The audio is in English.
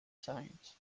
science